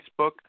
Facebook